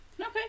Okay